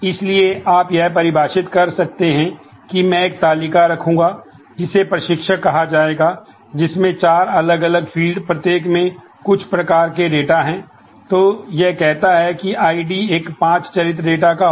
इसलिए आप यह परिभाषित कर सकते हैं कि मैं एक तालिका रखूंगा जिसे प्रशिक्षक कहा जाएगा जिसमें चार अलग अलग फ़ील्ड प्रत्येक में कुछ प्रकार के डेटा है